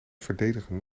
verdedigen